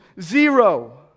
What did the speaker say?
zero